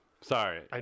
Sorry